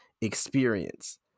experience